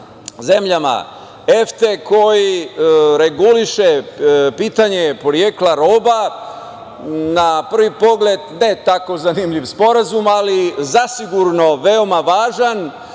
zemljama EFTE koji reguliše pitanje porekla roba. Na prvi pogled, ne tako zanimljiv sporazum, ali zasigurno veoma važan,